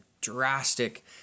drastic